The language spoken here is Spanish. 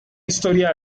historia